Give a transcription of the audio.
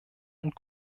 und